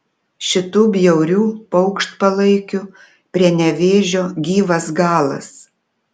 šitų bjaurių paukštpalaikių prie nevėžio gyvas galas